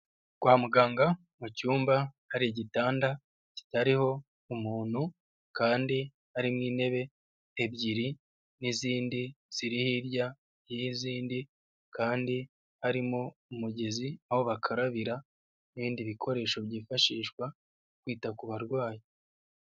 Kwa muganga mu cyumba hari igitanda kitariho umuntu kandi hari n'intebe ebyiri n'izindi ziri hirya y'izindi kandi harimo umugezi aho bakarabira n'ibindi bikoresho byifashishwa bita ku barwayi.